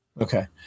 Okay